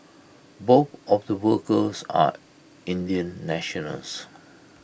both of the workers are Indian nationals